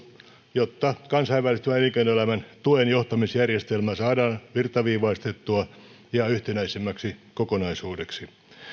jotta kansainvälistyvän elinkeinoelämän tuen johtamisjärjestelmä saadaan virtaviivaistettua ja yhtenäisemmäksi kokonaisuudeksi